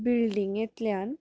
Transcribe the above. ब्लिंडीगेंतल्यान